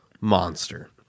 monster